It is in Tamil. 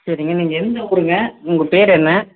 சரிங்க நீங்கள் எந்த ஊருங்க உங்கள் பேர் என்ன